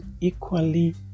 equally